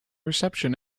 reception